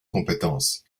compétence